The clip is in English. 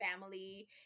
family